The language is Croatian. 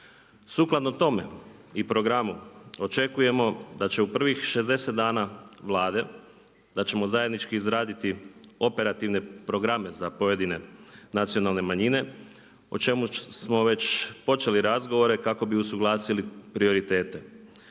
Sukladno tome i programu očekujemo da će u prvih 60 dana Vlade, da ćemo zajednički izraditi operativne programe za pojedine nacionalne manjine o čemu smo već počeli razgovore kako bi usuglasili prioritete.